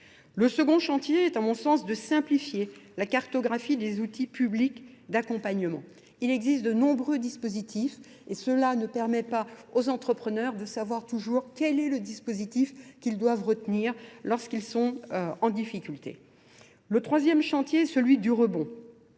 Le second chantier est, en mon sens, de simplifier la cartographie des outils publics d'accompagnement. Il existe de nombreux dispositifs et cela ne permet pas aux entrepreneurs de savoir toujours quel est le dispositif qu'ils doivent retenir lorsqu'ils sont en difficulté. Le troisième chantier est celui du rebond.